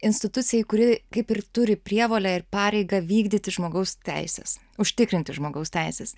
institucijai kuri kaip ir turi prievolę ir pareigą vykdyti žmogaus teises užtikrinti žmogaus teises